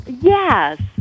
Yes